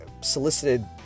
solicited